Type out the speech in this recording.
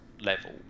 level